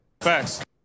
Facts